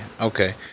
Okay